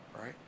right